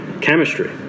chemistry